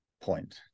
point